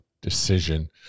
decision